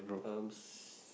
um six